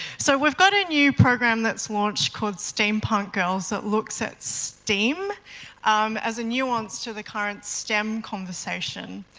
so, we've got a new program that's launched called steampunk girls that looks at steam as a nuance to the current stem conversation.